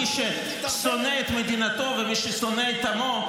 מי ששונא את מדינתו ומי ששונא את עמו,